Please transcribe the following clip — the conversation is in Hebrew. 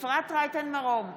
אפרת רייטן מרום,